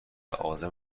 عازم